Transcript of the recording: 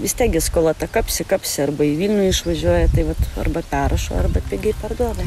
vis tiek gi skola ta kapsi kapsi arba į vilnių išvažiuoja tai vat arba perrašo arba pigiai parduoda